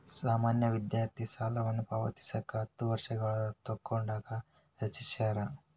ಸಾಮಾನ್ಯ ವಿದ್ಯಾರ್ಥಿ ಸಾಲವನ್ನ ಪಾವತಿಸಕ ಹತ್ತ ವರ್ಷಗಳನ್ನ ತೊಗೋಣಂಗ ರಚಿಸ್ಯಾರ